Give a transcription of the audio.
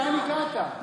לאן הגעת?